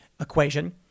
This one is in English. equation